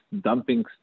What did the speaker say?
dumping